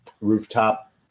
rooftop